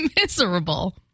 miserable